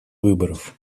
выборов